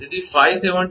તેથી 572